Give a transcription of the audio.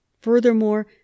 Furthermore